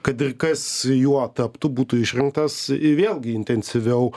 kad ir kas juo taptų būtų išrinktas vėlgi intensyviau